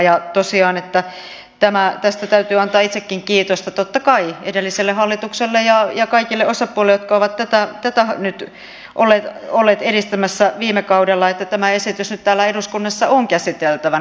ja tosiaan tästä täytyy antaa itsekin kiitosta totta kai edelliselle hallitukselle ja kaikille osapuolille jotka ovat tätä olleet edistämässä viime kaudella siitä että tämä esitys nyt täällä eduskunnassa on käsiteltävänä